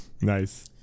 nice